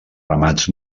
ramats